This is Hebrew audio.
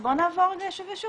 אז בוא נעבור רגע יישוב יישוב,